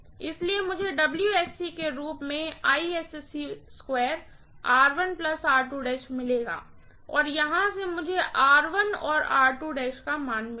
इसलिए मुझे के रूप मेंमिलेगा और यहां से मुझे और का मान मिलेगा